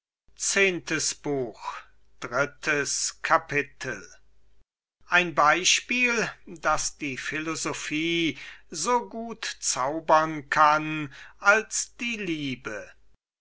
drittes kapitel eine probe daß die philosophie so gut zaubern könne als die liebe